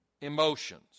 emotions